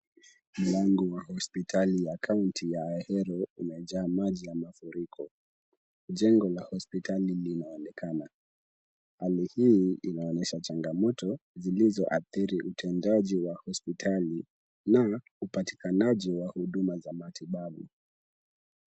Mlango wa hospitali ya kaunti ya Ahero umejaa maji ya mafuriko. Jengo la hospitali linaonekana. Hali hii inaonyesha changamoto zilizo athiri utendaji wa hospitali na upatikanaji wa huduma za matibabu.